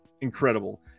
incredible